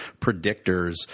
predictors